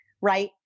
Right